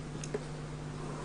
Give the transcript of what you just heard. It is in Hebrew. בבקשה.